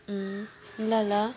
ल ल